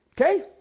Okay